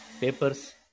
papers